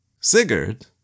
Sigurd